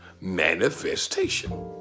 manifestation